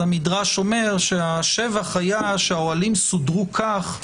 המדרש אומר שהשבח היה שהאוהלים סודרו כך,